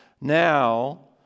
Now